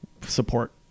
support